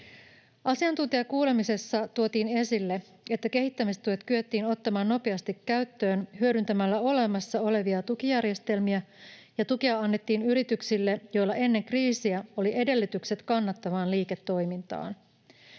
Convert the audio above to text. Asiantuntijakuulemisessa tuotiin esille, että kehittämistuet kyettiin ottamaan nopeasti käyttöön hyödyntämällä olemassa olevia tukijärjestelmiä ja tukea annettiin yrityksille, joilla ennen kriisiä oli edellytykset kannattavaan liiketoimintaan.